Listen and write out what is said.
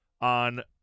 on